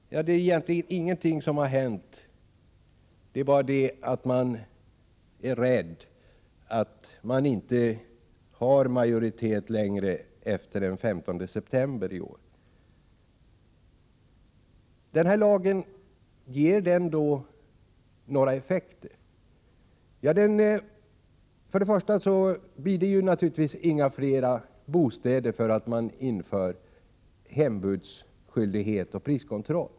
Ingenting har egentligen hänt. Man är bara rädd att man inte längre har majoritet efter den 15 september i år. Ger den här lagen några effekter? Först och främst blir det naturligtvis inga fler bostäder bara därför att man inför hembudsskyldighet och priskontroll.